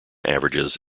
averages